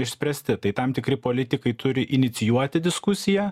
išspręsti tam tikri politikai turi inicijuoti diskusiją